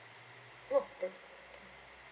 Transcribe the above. oh